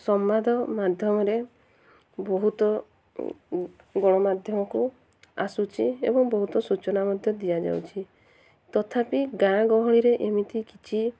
ସମ୍ବାଦ ମାଧ୍ୟମରେ ବହୁତ ଗଣମାଧ୍ୟମକୁ ଆସୁଛି ଏବଂ ବହୁତ ସୂଚନା ମଧ୍ୟ ଦିଆଯାଉଛି ତଥାପି ଗାଁ ଗହଳିରେ ଏମିତି କିଛି